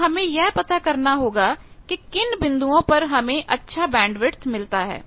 तो हमें यह पता करना होगा कि किन बिंदुओं पर हमें अच्छा बैंडविथ मिलता है